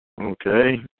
Okay